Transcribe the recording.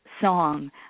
song